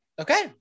Okay